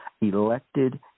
elected